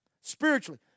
spiritually